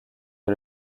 est